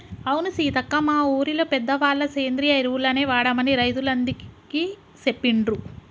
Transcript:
అవును సీతక్క మా ఊరిలో పెద్దవాళ్ళ సేంద్రియ ఎరువులనే వాడమని రైతులందికీ సెప్పిండ్రు